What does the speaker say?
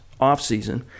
offseason